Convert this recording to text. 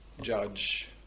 judge